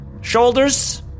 shoulders